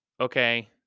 Okay